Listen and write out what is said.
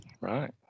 Right